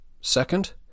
Second